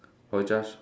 or just